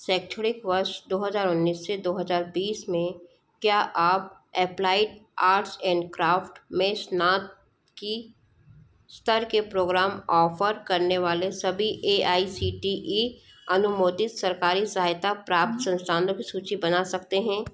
शैक्षणिक वर्ष दो हजार उन्नीस से दो हजार बीस में क्या आप एप्लाइड आर्ट्स एंड क्राफ़्ट में स्नातकीय स्तर के प्रोग्राम ऑफ़र करने वाले सभी A I C T E अनुमोदित सरकारी सहायता प्राप्त संस्थानों की सूची बना सकते हैं